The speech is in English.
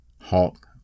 Hawk